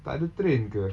takde train ke